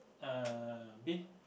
uh bin